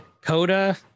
Coda